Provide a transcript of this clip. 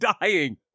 dying